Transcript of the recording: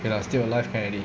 ya still alive can already